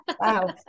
Wow